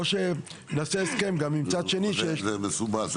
או שנעשה הסכם גם עם צד שני --- לא, זה מסובך.